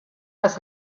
das